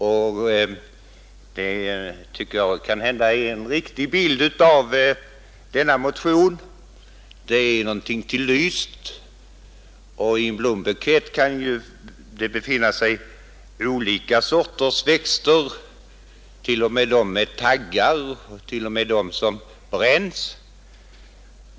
Det tycker jag kan vara en riktig bild av denna motion; den är til lyst, och i en blombukett kan det befinna sig olika sorters växter, t.o.m. sådana med taggar, och ibland sådana som bränns.